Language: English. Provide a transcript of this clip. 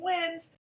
wins